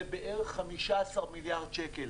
זה בערך 15 מיליארד שקל.